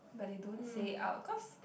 but they don't say it out cause